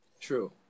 True